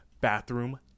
bathroom